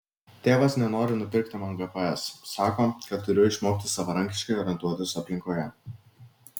tėvas nenori nupirkti man gps sako kad turiu išmokti savarankiškai orientuotis aplinkoje